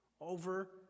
Over